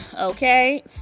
okay